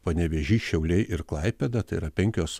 panevėžys šiauliai ir klaipėda tai yra penkios